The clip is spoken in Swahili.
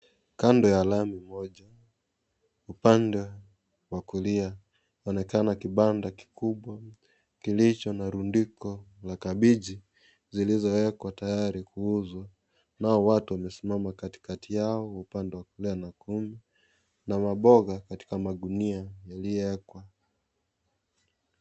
Kando ya lami moja ,upande wa kulia, kunaonekana kibanda kikubwa kilicho na rundiko la kabichi, zilizowekwa tayari kuuzwa, nao watu wamesimama katikati yao upande wa kulia na kuume, na maboga katika magunia yaliyowekwa.